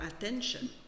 attention